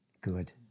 Good